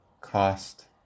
cost